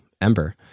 ember